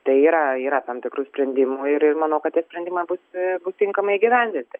tai yra yra tam tikrų sprendimų ir ir manau kad tie sprendimai bus bus tinkamai įgyvendinti